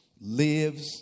lives